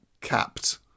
capped